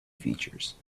features